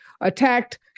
attacked